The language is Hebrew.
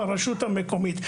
ברשות המקומית.